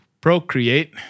procreate